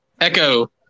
Echo